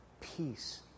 peace